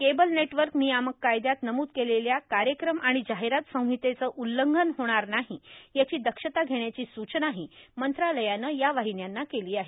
cable network नियामक कायद्यात नमूद केलेल्या कार्यक्रम आणि जाहीरात संहितेचं उल्लंघन होणार नाही याची दक्षता घेण्याची सूचनाही मंत्रालयानं या वाहिन्यांना केली आहे